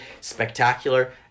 spectacular